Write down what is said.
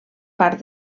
part